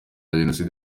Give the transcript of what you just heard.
jenoside